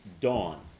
dawn